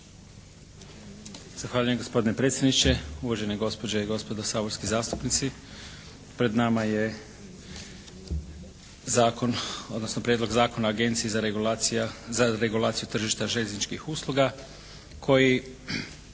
Zahvaljujem gospodine predsjedniče, uvažene gospođe i gospodo saborski zastupnici. Pred nama je odnosno Prijedlog Zakona o Agenciji za regulaciju tržišta željezničkih usluga koji,